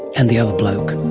and the other bloke.